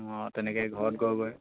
অঁ তেনেকে ঘৰত গৈ গৈ